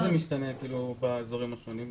איך המספרים משתנים באזורים השונים,